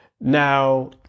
Now